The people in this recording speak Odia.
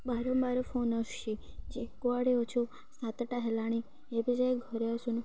ବାରମ୍ବାର ଫୋନ୍ ଆସୁଛି ଯେ କୁଆଡ଼େ ଅଛୁ ସାତଟା ହେଲାଣି ଏବେ ଯାଏ ଘରେ ଆସୁନୁ